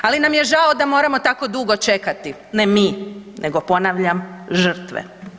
Ali nam je žao da moramo tako dugo čekati, ne mi, nego ponavljam, žrtve.